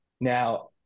Now